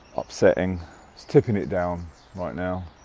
upsetting, it's tipping it down right now